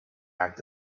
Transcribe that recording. act